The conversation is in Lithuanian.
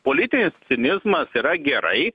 politinis cinizmas yra gerai